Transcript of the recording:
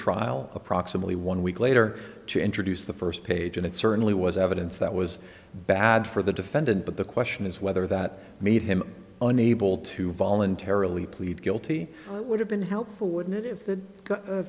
trial approximately one week later to introduce the first page and it certainly was evidence that was bad for the defendant but the question is whether that made him unable to voluntarily plead guilty would have been helpful wouldn't it